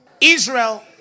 Israel